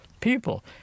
People